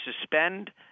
suspend